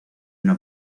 una